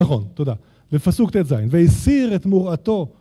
נכון, תודה, ופסוק ט"ז: "והסיר את מוראתו"